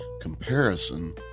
comparison